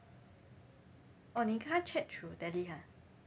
orh 你跟他 chat through tele ah